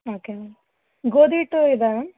okay ma'am ಗೋಧಿ ಹಿಟ್ಟು ಇದ್ಯಾ ಮ್ಯಾಮ್